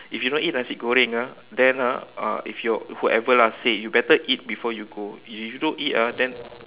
if you not eat nasi goreng ah then ah if you whoever lah say you better eat before you go if you don't eat ah then